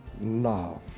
love